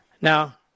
Now